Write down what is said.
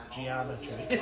Geometry